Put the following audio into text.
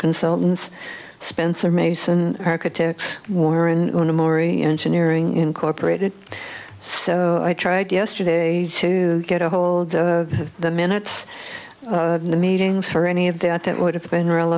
consultants spencer mason architects war and amaury engineering incorporated so i tried yesterday to get a hold of the minutes of the meetings or any of that that would have been re